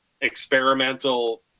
experimental